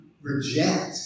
reject